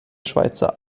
schweizer